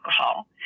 alcohol